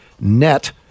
net